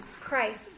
Christ